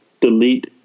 Delete